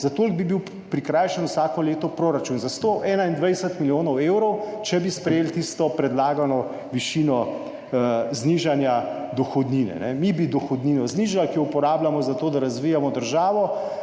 toliko bi bil prikrajšan vsako leto proračun, za 121 milijonov evrov, če bi sprejeli tisto predlagano višino znižanja dohodnine. Mi bi dohodnino znižali, ki jo uporabljamo za to, da razvijamo državo,